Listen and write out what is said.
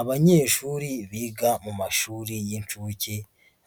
Abanyeshuri biga mu mashuri y'inshuke